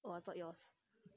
oh I thought yours